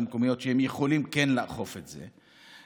המקומיות שיכולים כן לאכוף את זה.